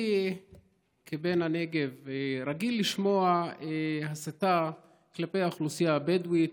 כבן הנגב אני רגיל לשמוע הסתה כלפי האוכלוסייה הבדואית